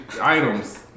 items